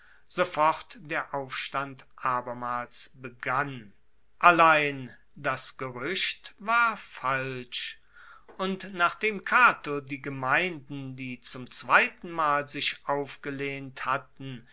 sofort der aufstand abermals begann allein das geruecht war falsch und nachdem cato die gemeinden die zum zweitenmal sich aufgelehnt hatten